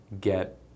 get